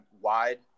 wide